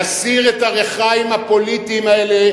נסיר את הריחיים הפוליטיים האלה,